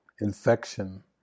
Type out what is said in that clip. infection